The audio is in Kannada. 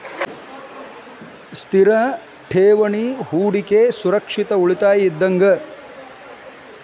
ಸ್ಥಿರ ಠೇವಣಿ ಹೂಡಕಿ ಸುರಕ್ಷಿತ ಉಳಿತಾಯ ಇದ್ದಂಗ